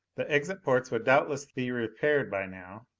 the exit ports would doubtless be repaired by now.